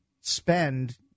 spend